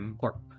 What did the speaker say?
Corp